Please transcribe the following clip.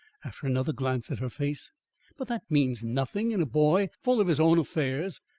after another glance at her face but that means nothing in a boy full of his own affairs.